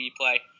play